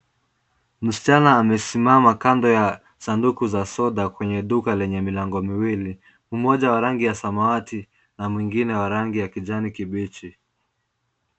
Msichana amesimama kando ya sanduku za soda kwenye duka lenye milango miwili, mmoja wa rangi ya samawati na mwingine wa rangi ya kijani kibichi.